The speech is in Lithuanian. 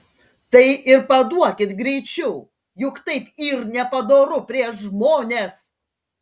tai ir paduokit greičiau juk taip yr nepadoru prieš žmones